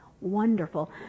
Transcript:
wonderful